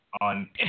on